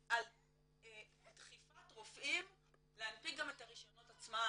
ועל דחיפת רופאים להנפיק גם את הרישיונות עצמם